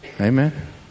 Amen